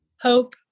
hope